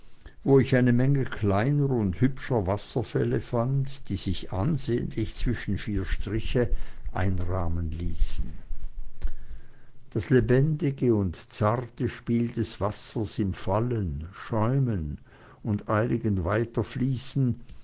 wo ich eine menge kleiner und hübscher wasserfälle fand welche sich ansehnlich zwischen vier striche einrahmen ließen das lebendige und zarte spiel des wassers im fallen schäumen und eiligen weiterfließen